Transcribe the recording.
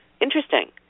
Interesting